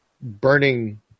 burning